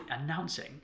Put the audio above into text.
announcing